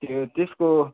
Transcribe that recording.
ए त्यसको